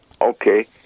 okay